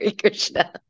Krishna